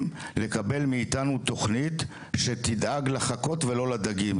לקבל מאיתנו תכנית שתדאג לחכות ולא לדגים,